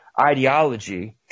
ideology